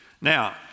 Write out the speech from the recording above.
Now